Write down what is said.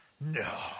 No